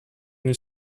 une